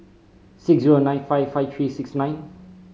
six zero nine five five three six nine